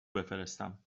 بفرستم